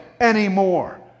anymore